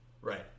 Right